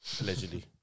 allegedly